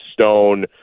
Stone